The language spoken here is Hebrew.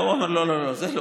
הם אומרים: לא, לא, לא, זה לא.